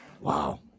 Wow